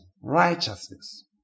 righteousness